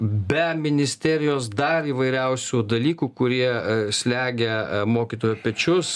be ministerijos dar įvairiausių dalykų kurie slegia mokytojo pečius